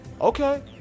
Okay